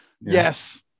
Yes